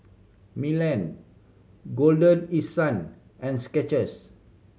Milan Golden East Sun and Skechers